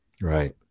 Right